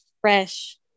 fresh